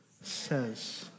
says